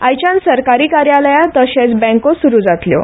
आयच्यान सरकारी कार्यालयां तशेंच बँको सुरू जातल्यो